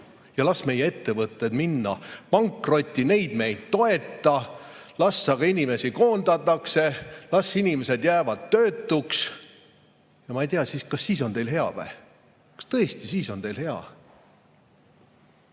Ja las meie ettevõtted minna pankrotti, neid me ei toeta. Las aga inimesi koondatakse, las inimesed jäävad töötuks. Ma ei tea, kas siis on teil hea või? Kas tõesti siis on teil hea?